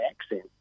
accent